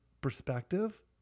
perspective